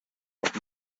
noch